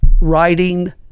writing